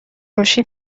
کشی